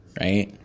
right